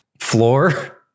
Floor